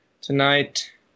tonight